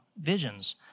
visions